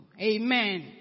Amen